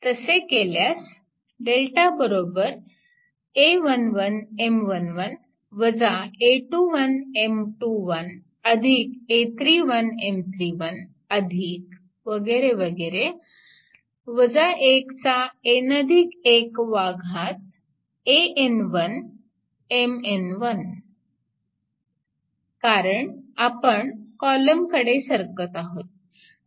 तसे केल्यास कारण आपण कॉलमकडे सरकत आहोत